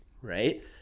right